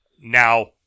Now